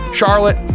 charlotte